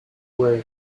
were